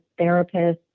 therapists